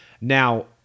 Now